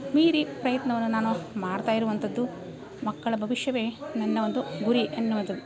ಮೀರಿ ಪ್ರಯತ್ನವನ್ನು ನಾನು ಮಾಡ್ತಾ ಇರುವಂಥದ್ದು ಮಕ್ಕಳ ಭವಿಷ್ಯವೇ ನನ್ನ ಒಂದು ಗುರಿ ಎನ್ನುವಂಥದ್ದು